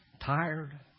tired